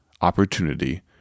opportunity